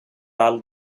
all